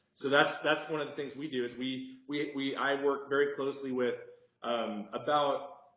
so that's that's one of the things we do is we we we i work very closely with um about